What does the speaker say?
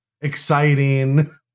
exciting